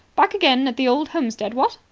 back again at the old homestead, what?